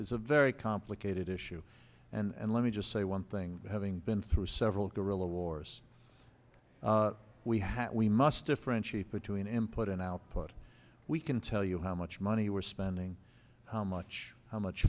is a very complicated issue and let me just say one thing having been through several guerrilla wars we have we must differentiate between employed and output we can tell you how much money we're spending how much how much